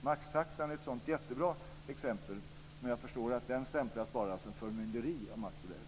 Maxtaxan är ett jättebra exempel, men jag förstår att den bara stämplas som förmynderi av Mats Odell.